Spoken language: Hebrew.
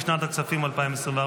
לשנת הכספים 2024,